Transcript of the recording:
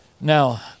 Now